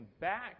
back